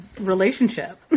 relationship